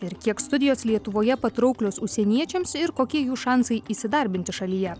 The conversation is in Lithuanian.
ir kiek studijos lietuvoje patrauklios užsieniečiams ir kokie jų šansai įsidarbinti šalyje